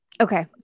Okay